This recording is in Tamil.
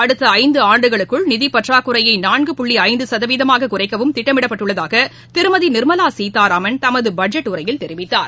அடுத்த ஐந்து ஆண்டுகளுக்குள் நிதிப் பற்றாக்குறையை நான்கு புள்ளி ஐந்து சதவீதமாக குறைக்கவும் திட்டமிடப்பட்டுள்ளதாக திருமதி நிர்மலா சீதாராமன் தமது பட்ஜெட் உரையில் தெரிவித்தார்